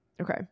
okay